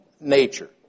nature